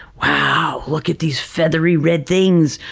wow, look at these feathery red things!